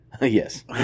Yes